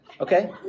okay